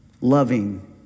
loving